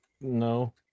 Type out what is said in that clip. No